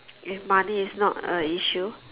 if money is not a issue